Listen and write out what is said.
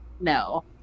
No